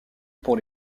pour